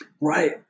Right